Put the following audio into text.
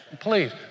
Please